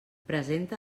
presenta